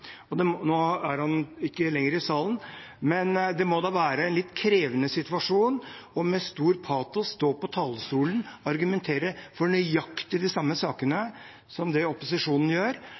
Nå er han ikke lenger i salen, men det må da være en litt krevende situasjon med stor patos å stå på talerstolen og argumentere for nøyaktig de samme sakene som det opposisjonen gjør,